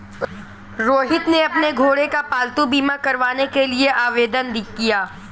रोहित ने अपने घोड़े का पालतू बीमा करवाने के लिए आवेदन किया